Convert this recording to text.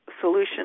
solution